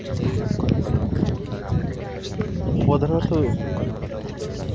প্রধানত